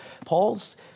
Paul's